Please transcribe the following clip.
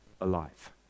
alive